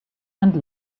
and